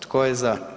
Tko je za?